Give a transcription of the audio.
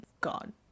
God